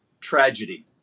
tragedy